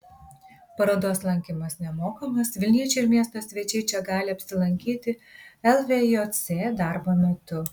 parodos lankymas nemokamas vilniečiai ir miesto svečiai čia gali apsilankyti lvjc darbo metu